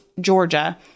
georgia